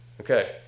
okay